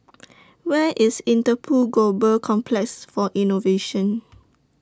Where IS Interpol Global Complex For Innovation